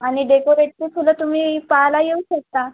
आणि डेकोरेटची फुलं तुम्ही पाहायला येऊ शकता